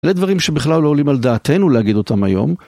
אלה דברים שבכלל לא עולים על דעתנו להגיד אותם היום.